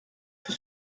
que